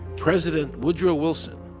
president woodrow wilson,